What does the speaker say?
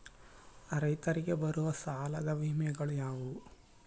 ರೈತರಿಗೆ ಬರುವ ಸಾಲದ ವಿಮೆಗಳು ಯಾವುವು?